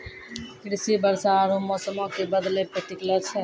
कृषि वर्षा आरु मौसमो के बदलै पे टिकलो छै